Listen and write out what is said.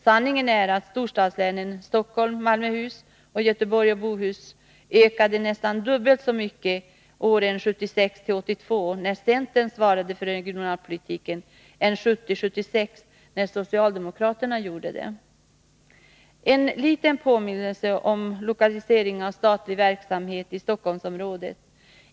Sanningen är att storstadslänen — Stockholms, Malmöhus samt Göteborgs och Bohus län — ökade nästan dubbelt så mycket 1976-1982, när centern svarade för regionalpolitiken, som 1970-1976 när socialdemokraterna gjorde det. En liten påminnelse om lokaliseringen av statlig verksamhet i Stockholmsområdet.